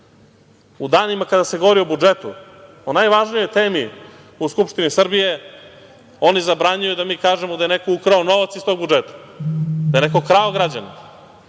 danima kada se govori o budžetu, o najvažnijoj temi u Skupštini Srbije oni zabranjuju da mi kažemo da je neko ukrao novac iz tog budžeta, da je neko krao građane,